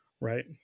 right